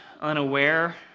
unaware